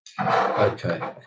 Okay